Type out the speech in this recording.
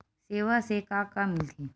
सेवा से का का मिलथे?